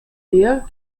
der